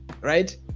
right